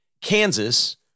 Kansas